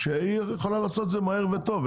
היא יכולה לעשות את זה מהר וטוב.